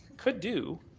could do.